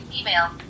Email